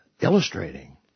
illustrating